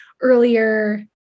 earlier